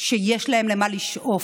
שיש להם למה לשאוף,